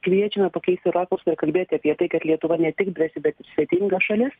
kviečiame pakeisti rakursą ir kalbėti apie tai kad lietuva ne tik drąsi bet svetinga šalis